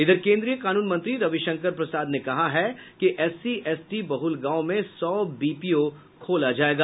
इधर केंद्रीय कानून मंत्री रविशंकर प्रसाद ने कहा है कि एससी एसटी बहुल गांव में सौ बीपीओ खोला जायेगा